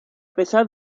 pesar